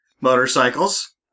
motorcycles